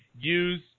use